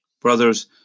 Brothers